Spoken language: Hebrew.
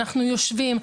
אנחנו יושבים.